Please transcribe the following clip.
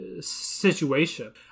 situation